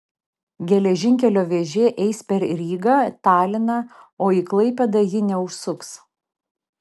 geležinkelio vėžė eis per ryga taliną o į klaipėdą ji neužsuks